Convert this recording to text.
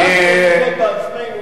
היינו בעצמנו,